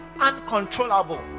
uncontrollable